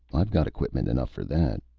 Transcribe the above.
i've got equipment enough for that.